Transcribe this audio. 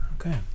okay